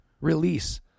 release